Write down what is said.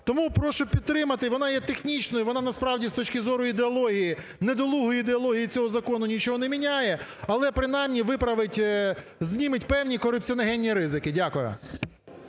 Тому прошу підтримати, вона є технічною, вона, насправді, з точки зору ідеології, недолугої ідеології цього закону нічого не міняє, але принаймні виправить, зніме певні корупціогенні ризики. Дякую.